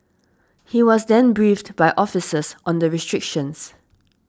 he was then briefed by officers on the restrictions